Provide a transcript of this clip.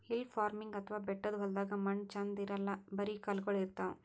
hill farming ಅಥವಾ ಬೆಟ್ಟದ್ ಹೊಲ್ದಾಗ ಮಣ್ಣ್ ಛಂದ್ ಇರಲ್ಲ್ ಬರಿ ಕಲ್ಲಗೋಳ್ ಇರ್ತವ್